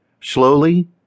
slowly